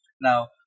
Now